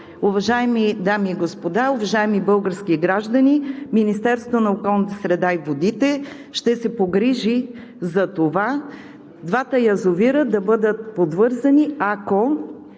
Уважаеми дами и господа, уважаеми български граждани, Министерството на околната среда и водите ще се погрижи за това двата язовира да бъдат подвързани, ако